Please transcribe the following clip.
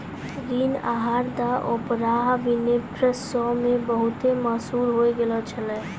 ऋण आहार द ओपरा विनफ्रे शो मे बहुते मशहूर होय गैलो छलै